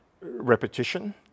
repetition